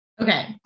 Okay